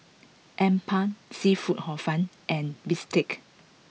Appam Seafood Hor Fun and Bistake